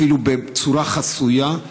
אפילו בצורה חסויה,